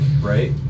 right